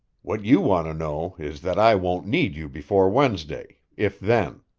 what you want to know is that i won't need you before wednesday, if then.